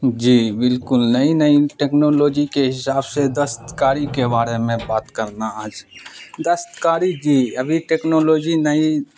جی بالکل نئی نئی ٹیکنالوجی کے حساب سے دستکاری کے بارے میں بات کرنا آج دستکاری جی ابھی ٹیکنالوجی نئی